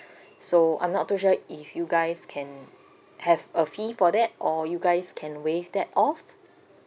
so I'm not too sure if you guys can have a fee for that or you guys can waive that off